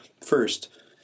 first